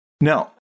Now